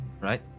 right